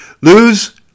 Lose